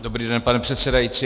Dobrý den, pane předsedající.